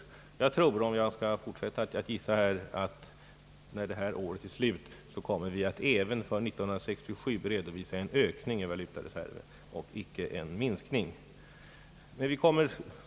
Om jag skall fortsätta att gissa tror jag, att vi när detta år är slut även för år 1967 kommer att redovisa en ökning av valutareserven och icke en minskning.